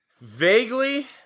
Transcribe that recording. Vaguely